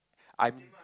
I'm